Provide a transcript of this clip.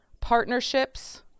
partnerships